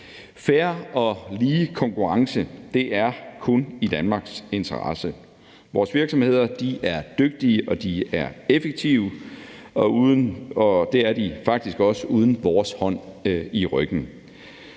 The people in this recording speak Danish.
fair og lige konkurrence er kun i Danmarks interesse. Vores virksomheder er dygtige, og de er effektive, og det er de faktisk også uden vores hånd i ryggen.